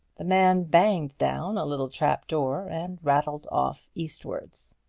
the man banged down a little trap-door and rattled off eastwards.